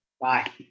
Bye